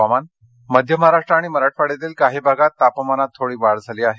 हवामान मध्य महाराष्ट्र आणि मराठवाङ्यातील काही भागांत तापमानांत थोडी वाढ झाली आहे